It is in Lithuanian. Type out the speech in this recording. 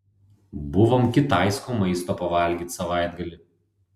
buvom kitaisko maisto pavalgyt savaitgalį